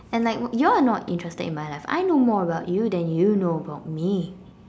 and like you're not interested in my life I know more about you than you know about me